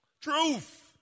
Truth